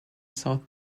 south